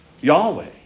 Yahweh